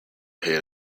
hit